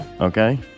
Okay